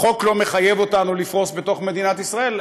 החוק לא מחייב אותנו לפרוס מחוץ למדינת ישראל.